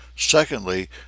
Secondly